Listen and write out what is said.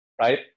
right